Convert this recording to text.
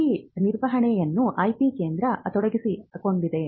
IP ನಿರ್ವಹಣೆಯಲ್ಲಿ IP ಕೇಂದ್ರ ತೊಡಗಿಸಿಕೊಂಡಿದೆ